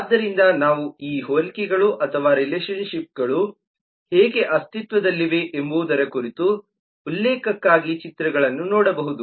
ಆದ್ದರಿಂದ ನಾವು ಈ ಹೋಲಿಕೆಗಳು ಅಥವಾ ರಿಲೇಶನ್ ಶಿಪ್ಗಳು ಹೇಗೆ ಅಸ್ತಿತ್ವದಲ್ಲಿವೆ ಎಂಬುದರ ಕುರಿತು ಉಲ್ಲೇಖಕ್ಕಾಗಿ ಚಿತ್ರಗಳನ್ನು ನೋಡಬಹುದು